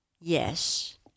Yes